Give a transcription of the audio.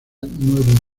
nuevo